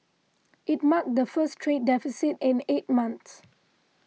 it marked the first trade deficit in eight months